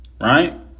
Right